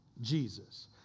Jesus